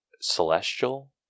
Celestial